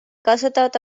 kasutavad